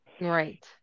Right